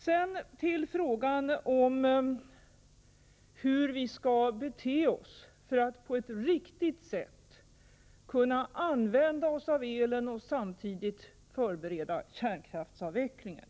Så till frågan om hur vi skall bete oss för att på ett riktigt sätt kunna använda oss av el och samtidigt förbereda kärnkraftsavvecklingen.